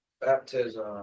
baptism